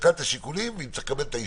שקל את השיקולים ויצטרך לקבל את האישור.